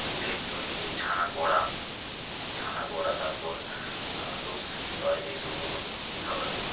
দুধের তৈরি ওই ছানার বড়া ছানার বড়া তারপর লস্যি বা যেই সবগুলো যেই খাবারগুলো